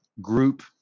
group